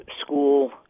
school